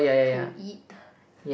to it